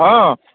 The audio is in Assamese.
অঁ